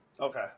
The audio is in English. Okay